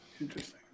Interesting